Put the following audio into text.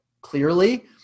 clearly